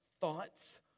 thoughts